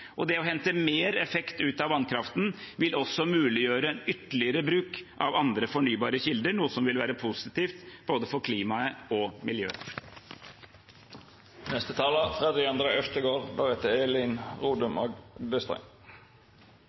Det å hente mer effekt ut av vannkraften vil også muliggjøre ytterligere bruk av andre fornybare kilder, noe som vil være positivt for både klimaet og